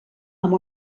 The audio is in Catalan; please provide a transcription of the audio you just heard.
amb